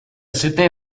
sydney